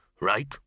right